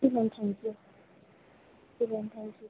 ji ma'am thank you जी ma'am thank you